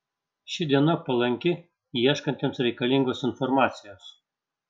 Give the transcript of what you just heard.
ši diena palanki ieškantiems reikalingos informacijos